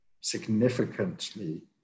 significantly